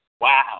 Wow